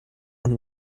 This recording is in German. und